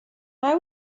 how